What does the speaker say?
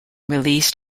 released